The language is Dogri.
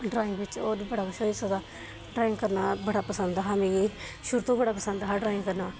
ड्राइंग च होर बी बड़ा कुछ होई सकदा ड्राइंग करना बड़ा पसंद हा मिगी शुरू तों बड़ा पसंद हा ड्राइंग करना